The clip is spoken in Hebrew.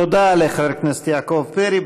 תודה לחבר הכנסת יעקב פרי.